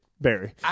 Barry